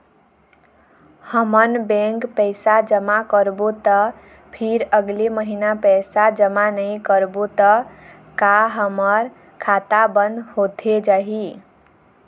हमन बैंक पैसा जमा करबो ता फिर अगले महीना पैसा जमा नई करबो ता का हमर खाता बंद होथे जाही?